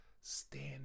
stand